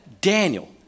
Daniel